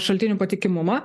šaltinių patikimumą